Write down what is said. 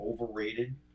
overrated